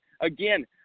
Again